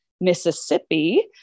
Mississippi